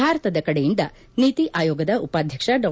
ಭಾರತದ ಕಡೆಯಿಂದ ನೀತಿ ಆಯೋಗದ ಉಪಾಧ್ಯಕ್ಷ ಡಾ